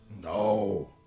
No